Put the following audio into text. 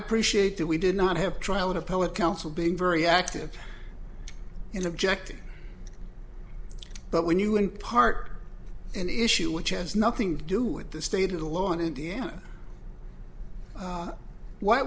appreciate that we did not have trial in a poet council being very active in objecting but when you in part an issue which has nothing to do with the state of the law in indiana why why